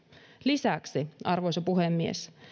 lisäksi arvoisa puhemies